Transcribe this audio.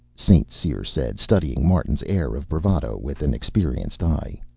st. cyr said, studying martin's air of bravado with an experienced eye.